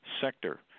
sector